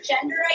gender